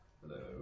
Hello